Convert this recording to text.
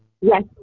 Yes